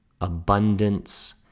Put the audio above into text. abundance